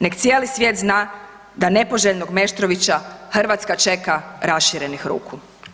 Nek cijeli svijet zna da nepoželjnog Meštrovića Hrvatska čeka raširenih ruku.